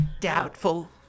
Doubtful